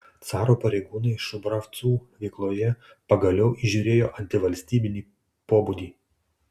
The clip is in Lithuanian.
caro pareigūnai šubravcų veikloje pagaliau įžiūrėjo antivalstybinį pobūdį